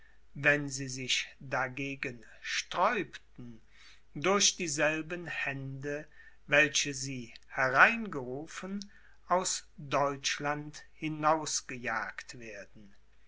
wenn sie sich dagegen sträubten durch dieselben hände welche sie hereingerufen aus deutschland hinausgejagt werden